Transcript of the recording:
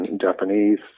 Japanese